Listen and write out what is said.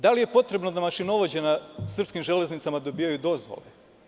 Da li je potrebno da mašinovođe na srpskim železnicama dobijaju dozvolu?